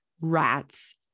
Rats